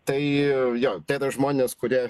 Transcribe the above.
tai jo tai yra žmonės kurie